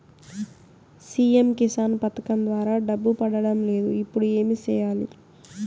CM Kisan పథకం ద్వారా డబ్బు పడడం లేదు ఇప్పుడు ఏమి సేయాలి